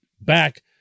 back